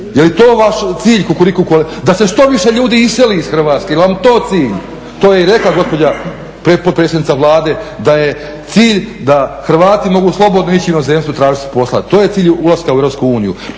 Je li to vaš cilj kukuriku koalicije, da se što više ljudi iseli iz Hrvatske, jel vam to cilj? To je i rekla gospođa potpredsjednica Vlade da je cilj da Hrvati mogu slobodno ići u inozemstvo tražit si posla. To je cilj ulaska u